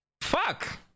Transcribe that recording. fuck